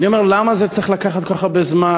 ואני אומר: למה זה צריך לקחת כל כך הרבה זמן,